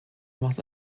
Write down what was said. was